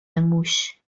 موش